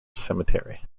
cemetery